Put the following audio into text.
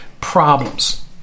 problems